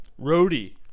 Roadie